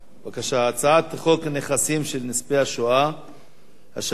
הצעת חוק נכסים של נספי השואה (השבה ליורשים